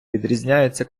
відрізняються